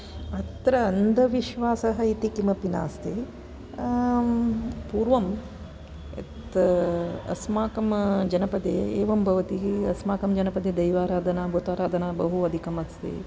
अत्र अन्धविश्वासः इति किमपि नास्ति पूर्वम् तत् अस्माकं जनपदे एवं भवति हि अस्माकं प्रदेशे दैवाराधना भूताराधना बहु अधिकम् अस्ति